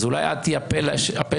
אולי את תהיי הפה שלהם.